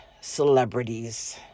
celebrities